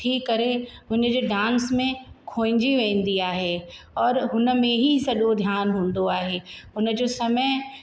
थी करे उनजे डांस में खोइजी वेंदी आहे और हुन में ई सॼो ध्यानु हूंदो आहे हुनजो समय